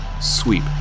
sweep